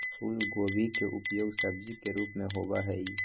फूलगोभी के उपयोग सब्जी के रूप में होबा हई